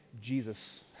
Jesus